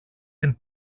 την